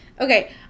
Okay